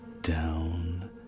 down